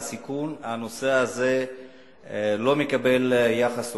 נמצא בקבוצת הסיכון, הנושא הזה לא מקבל יחס הולם.